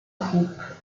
groupes